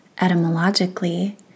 etymologically